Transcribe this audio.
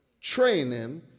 training